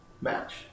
match